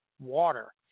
water